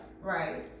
Right